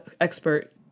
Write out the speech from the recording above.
expert